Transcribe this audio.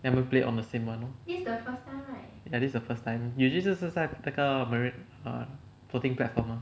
then 他们 play on the same [one] ya this is the first time usually 这是在那个 marin~ err floating platform lor